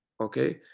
okay